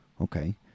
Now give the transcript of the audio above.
Okay